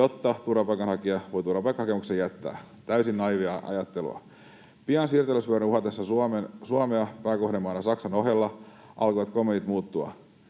jotta turvapaikanhakija voi turvapaikkahakemuksen jättää. Täysin naiivia ajattelua. Pian siirtolaisvyöryn uhatessa Suomea, pääkohdemaana Saksan ohella, alkoivat kommentit muuttua.